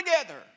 together